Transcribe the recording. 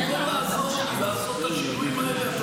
עם כל ההצעות שלי לעשות את השינויים האלה,